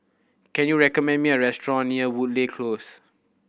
can you recommend me a restaurant near Woodleigh Close